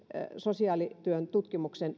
sosiaalityön tutkimuksen